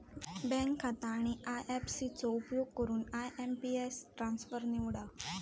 bank खाता आणि IFC चो उपयोग करून आय.एम.पी.एस ट्रान्सफर निवडा